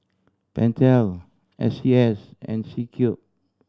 Pentel S C S and C Cube